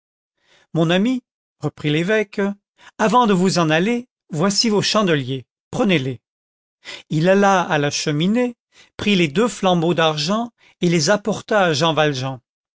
mon ami reprit l'évêque avant de vous en aller voici vos chandeliers prenez-les il alla à la cheminée prit les deux flambeaux d'argent et les apporta à jean valjean